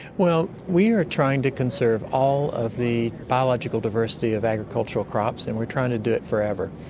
well, we are trying to conserve all of the biological diversity of agricultural crops and we're trying to do it forever.